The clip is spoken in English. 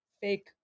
fake